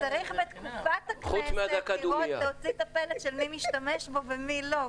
צריך בתקופת הכנסת להוציא את הפלט מי משתמש בה ומי לא,